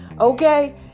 Okay